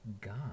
God